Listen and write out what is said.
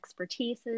expertises